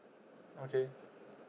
okay